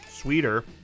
Sweeter